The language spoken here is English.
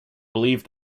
believe